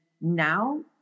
now